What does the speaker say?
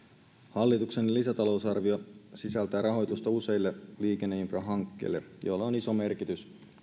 hallituksen lisätalousarvio sisältää rahoitusta useille liikenneinfrahankkeille joilla on iso merkitys